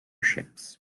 ships